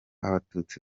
abatutsi